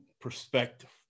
perspective